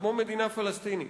כמו מדינה פלסטינית.